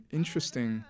interesting